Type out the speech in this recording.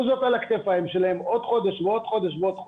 זאת על הכתפיים שלהם עוד חודש ועוד חודש.